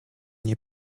nie